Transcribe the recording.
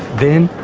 then,